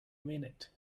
minute